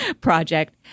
project